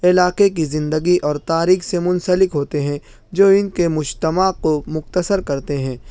علاقے کی زندگی اور تاریخ سے منسلک ہوتے ہیں جو ان کے مجتمع کو مختصر کرتے ہیں